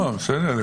בסדר,